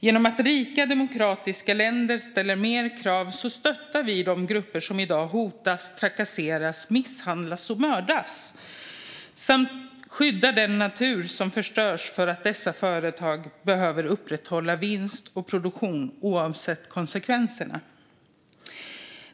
Genom att rika, demokratiska länder ställer mer krav stöttar vi de grupper som i dag hotas, trakasseras, misshandlas och mördas samt skyddar den natur som förstörs för att dessa företag behöver upprätthålla vinst och produktion oavsett konsekvenserna.